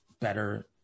better